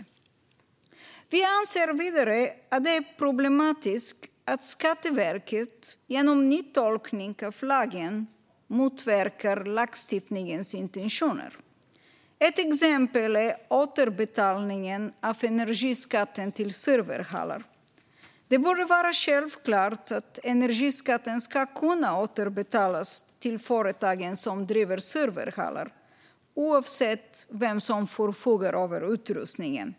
Vi anser vidare att det är problematiskt att Skatteverket genom nytolkning av lagen motverkar lagstiftningens intentioner. Ett exempel är återbetalningen av energiskatten till serverhallar. Det borde vara självklart att energiskatten ska kunna återbetalas till företagen som driver serverhallar, oavsett vem som förfogar över utrustningen.